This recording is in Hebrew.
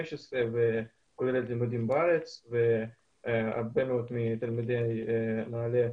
וכוללת לימודים בארץ והרבה מאוד מתלמידי נעל"ה,